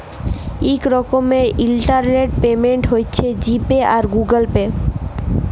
ইক রকমের internet payment হছে জি পে বা গুগল পে